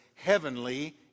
heavenly